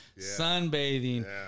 sunbathing